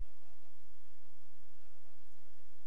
לרבות פסק הבוררות שנתן תוספת